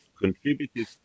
contributed